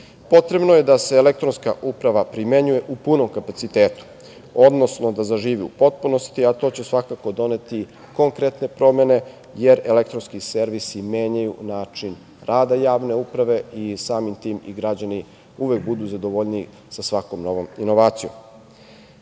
Potrebo je da se elektronska uprava primenjuje u punom kapacitetu, odnosno da zaživi u potpunosti, a to će svakako doneti konkretne promene jer elektronski servisi menjaju način rada javne uprave i samim tim i građani uvek budu zadovoljniji sa svakom novom inovacijom. Javne